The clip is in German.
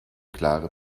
klare